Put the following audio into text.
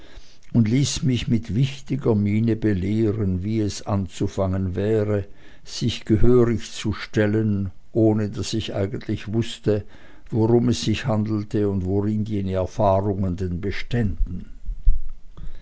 und ließ mich mit wichtiger miene belehren wie es anzufangen wäre sich gehörig zu stellen ohne daß ich eigentlich wußte worum es sich handelte und worin jene erfahrungen denn beständen